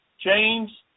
James